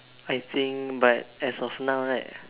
I think but as of now right